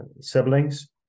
siblings